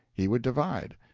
he would divide.